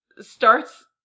starts